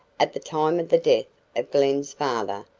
at the time of the death of glen's father,